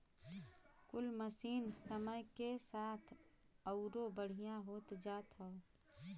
कुल मसीन समय के साथ अउरो बढ़िया होत जात हौ